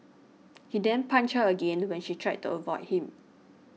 he then punched her again when she tried to avoid him